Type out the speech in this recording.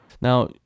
Now